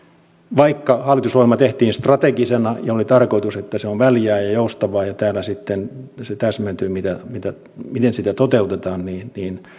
vaikka hallitusohjelma tehtiin strategisena ja oli tarkoitus että se on väljä ja ja joustava ja täällä sitten se täsmentyy miten sitä toteutetaan niin niin